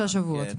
שלושה שבועות?